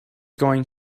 going